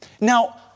Now